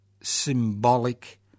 symbolic